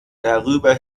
darüber